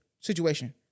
situation